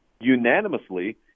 unanimously